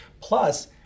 plus